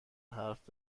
حرف